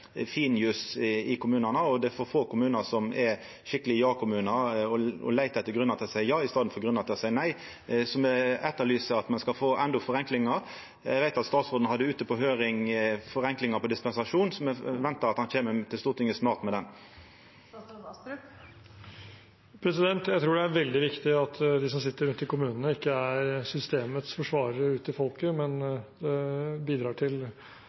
i kommunane, og det er for få kommunar som er skikkelege ja-kommunar og leiter etter grunnar til å seia ja i staden for grunnar til å seia nei. Så me etterlyser at me skal få endå fleire forenklingar. Eg veit at statsråden hadde ute på høyring forenklingar på dispensasjon, og eg forventar at han snart kjem til Stortinget med det. Jeg tror det er veldig viktig at de som sitter rundt i kommunene, ikke er systemets forsvarere ut til folket, men bidrar til